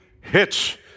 hits